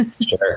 Sure